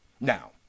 Now